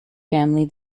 family